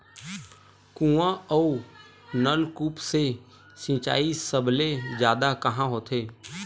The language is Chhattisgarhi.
कुआं अउ नलकूप से सिंचाई सबले जादा कहां होथे?